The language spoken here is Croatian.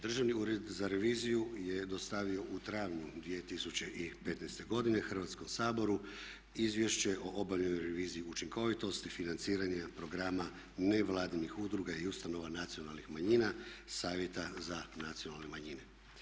Državni ured za reviziju je dostavio u travnju 2015. godine Hrvatskom saboru izvješće o obavljenoj reviziji učinkovitosti, financiranja, programa nevladinih udruga i ustanova nacionalnih manjina Savjeta za nacionalne manjine.